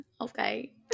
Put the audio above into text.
Okay